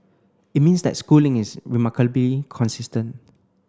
it means that Schooling is remarkably consistent